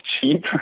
cheap